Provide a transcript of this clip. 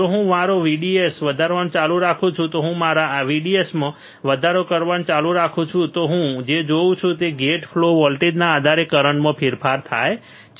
જો હું મારો VDSવધારવાનું ચાલુ રાખું છું જો હું મારા VDS માં વધારો કરવાનું ચાલુ રાખું છું તો હું જે જોઉં છું કે ગેટ ફ્લો વોલ્ટેજના આધારે કરંટમાં ફેરફાર થાય છે